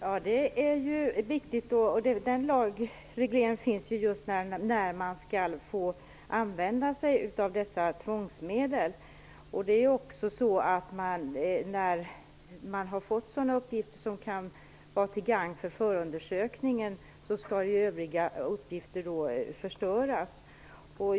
Fru talman! Det är viktigt. Det finns en lagreglering som gäller användandet av dessa tvångsmedel. När man har fått sådana uppgifter som kan vara till gagn för förundersökningen skall övriga uppgifter förstöras.